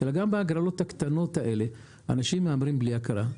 גם בהגרלות הקטנות אנשים מהמרים בלי הכרה.